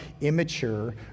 immature